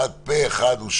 אחד.